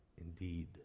indeed